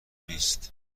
نیست